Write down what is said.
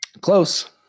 Close